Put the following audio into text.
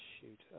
shoot